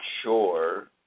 sure